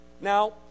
Now